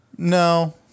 No